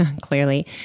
clearly